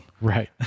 Right